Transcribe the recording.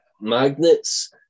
magnets